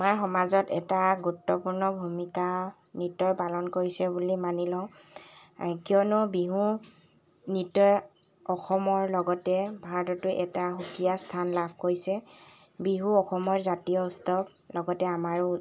আমাৰ সমাজত এটা গুৰুত্বপূৰ্ণ ভূমিকা নৃত্যই পালন কৰিছে বুলি মানি লওঁ কিয়নো বিহু নৃত্যই অসমৰ লগতে ভাৰততো এটা সুকীয়া স্থান লাভ কৰিছে বিহু অসমৰ জাতীয় উৎসৱ লগতে আমাৰো